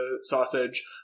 sausage